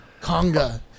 conga